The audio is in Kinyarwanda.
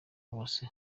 bose